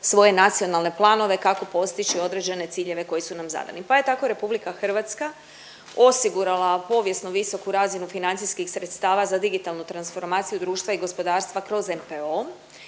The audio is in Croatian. svoje nacionalne planove kako postići određene ciljeve koji su nam zadani. Pa je tako RH osigurala povijesnu visoku razinu financijskih sredstava za digitalnu transformaciju društva i gospodarstva kroz NPO,